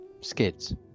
skids